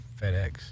FedEx